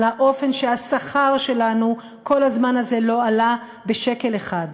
על האופן שהשכר שלנו כל הזמן הזה לא עלה בשקל אחד.